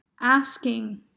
asking